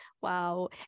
wow